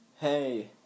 hey